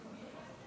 סעיפים 1